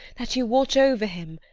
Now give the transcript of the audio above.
that you watch over him.